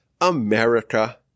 America